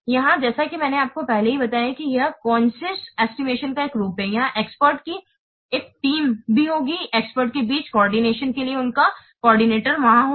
यहाँ जैसा कि मैंने आपको पहले ही बताया है कि यह कंसेंसस एस्टिमेशन का एक रूप है यहाँ experts की एक टीम भी होगी और एक्सपर्ट्सके बीच कोऑर्डिनेट के लिए उनका कोऑर्डिनेटरवहाँ होगा